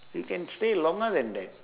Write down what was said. you can stay longer than that